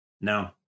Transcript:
no